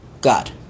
God